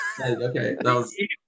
Okay